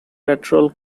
patrol